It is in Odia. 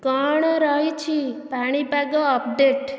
କ'ଣ ରହିଛି ପାଣିପାଗ ଅପଡେଟ୍